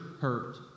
hurt